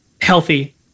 healthy